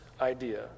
idea